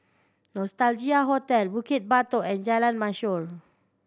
Nostalgia Hotel Bukit Batok and Jalan Mashor